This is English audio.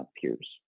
peers